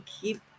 keep